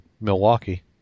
milwaukee